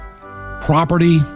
property